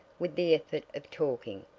with the effort of talking.